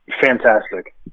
fantastic